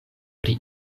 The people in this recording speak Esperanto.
pri